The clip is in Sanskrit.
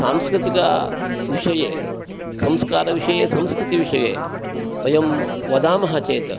सांस्कृतिकविषये संस्कारविषये संस्कृतिविषये वयं वदामः चेत्